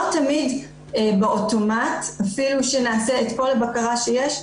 לא תמיד באוטומט אפילו אם נעשה את כל הבקרה שיש,